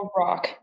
rock